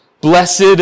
Blessed